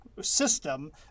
system